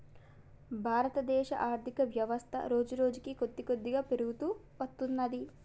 భారతదేశ ఆర్ధికవ్యవస్థ రోజురోజుకీ కొద్దికొద్దిగా పెరుగుతూ వత్తున్నది